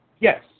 Yes